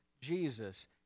Jesus